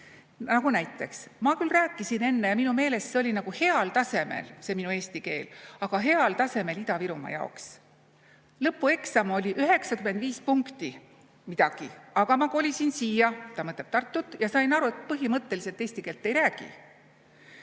Näiteks: "Ma küll rääkisin enne ja minu meelest see oli nagu heal tasemel, see minu eesti keel, aga heal tasemel Ida-Virumaa jaoks", "Lõpueksam oli 95 punkti midagi, aga ma kolisin siia (Ta mõtleb Tartut. –B. K.) ja sain aru, et põhimõtteliselt eesti keelt ei räägi".